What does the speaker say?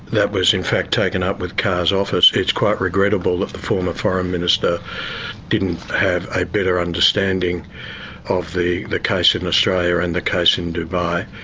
that was in fact taken up with carr's office. it's quite regrettable that the former foreign minister didn't have a better understanding of the the case in australia and the case in dubai.